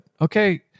okay